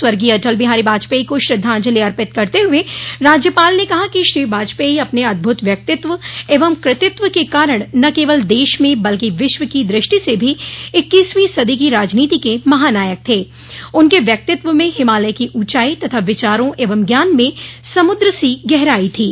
स्वर्गीय अटल बिहारी वाजपेई को श्रद्वांजलि अर्पित करते हुए राज्यपाल ने कहा कि श्री वाजपेई अपने अदभुत व्यक्तित्व एवं कृतित्व के कारण न केवल देश में बल्कि विश्व की द्रष्टि से भी इक्कीसवीं सदी की राजनीति के महानायक थे उनके व्यक्तित्व में हिमालय की ऊँचाई तथा विचारों एवं ज्ञान में समुद्र सी गहराई थी